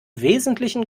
wesentlichen